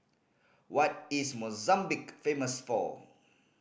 what is Mozambique famous for